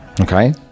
Okay